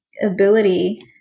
ability